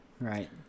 Right